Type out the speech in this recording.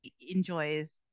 enjoys